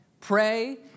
Pray